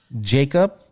Jacob